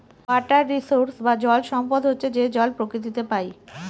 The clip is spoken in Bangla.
ওয়াটার রিসোর্স বা জল সম্পদ হচ্ছে যে জল প্রকৃতিতে পাই